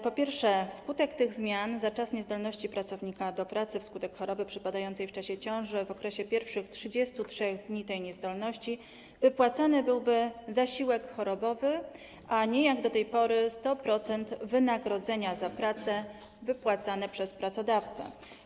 Po pierwsze, wskutek tych zmian za czas niezdolności pracownika do pracy wskutek choroby przypadającej w czasie ciąży w okresie pierwszych 33 dni tej niezdolności wypłacany byłby zasiłek chorobowy, a nie, jak do tej pory, 100% wynagrodzenia za pracę, które jest wypłacane przez pracodawcę.